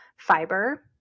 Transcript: fiber